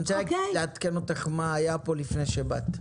אני רוצה לעדכן אותך מה היה פה לפני שבאת.